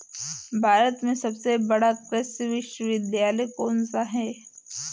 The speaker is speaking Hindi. भारत में सबसे बड़ा कृषि विश्वविद्यालय कौनसा है?